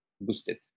boosted